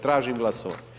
Tražim glasovanje.